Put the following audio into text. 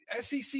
SEC